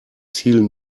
ziel